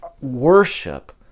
worship